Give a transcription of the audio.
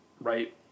Right